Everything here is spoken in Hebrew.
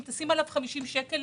אם תשים עליו 50 שקלים,